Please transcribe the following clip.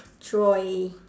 joy